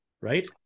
right